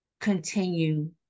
continue